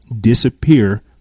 disappear